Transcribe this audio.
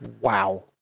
wow